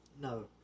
No